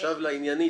עכשיו לעניינית.